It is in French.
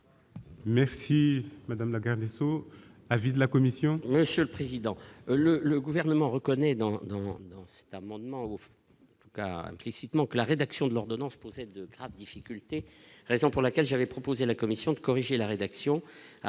Merci madame la garde des Sceaux, avis de la commission.